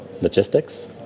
Logistics